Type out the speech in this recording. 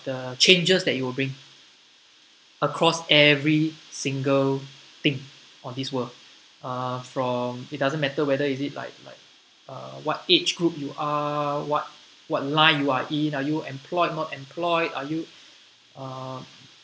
the changes that it will bring across every single thing on this world uh from it doesn't matter whether is it like like uh what age group you are what what line you are in are you employed not employed are you uh